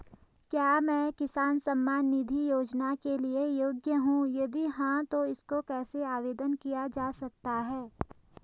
क्या मैं किसान सम्मान निधि योजना के लिए योग्य हूँ यदि हाँ तो इसको कैसे आवेदन किया जा सकता है?